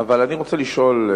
אדוני השר, אני רוצה לשאול: